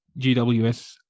GWS